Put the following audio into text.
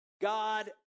God